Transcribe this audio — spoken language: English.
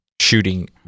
shooting